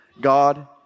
God